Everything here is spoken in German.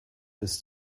ist